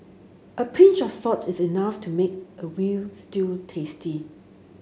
a pinch of salt is enough to make a veal stew tasty